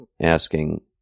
asking